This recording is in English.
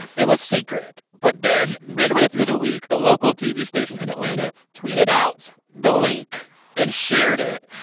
it was secret. but then, midway through the week, a local tv station in atlanta tweeted out the link and shared it.